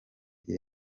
ibyo